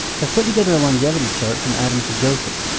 have put together a longevity chart from adam to joseph.